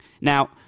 Now